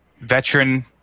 veteran